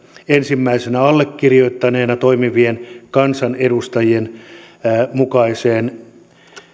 ensimmäisenä allekirjoittaneena toimivien kansanedustajien aloitteiden mukaiseen